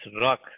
rock